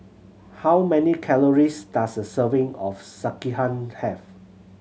how many calories does a serving of Sekihan have